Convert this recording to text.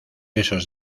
esos